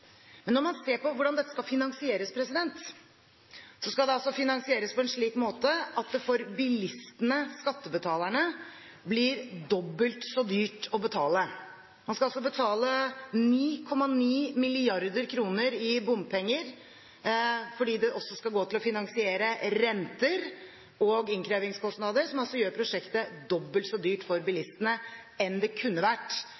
Når man ser på hvordan dette skal finansieres, skal det finansieres på en slik måte at det for bilistene, skattebetalerne, blir dobbelt så dyrt. Man skal altså betale 9,9 mrd. kr i bompenger, fordi det også skal gå til å finansiere renter og innkrevingskostnader, noe som altså gjør prosjektet dobbelt så dyrt for bilistene i forhold til det det kunne vært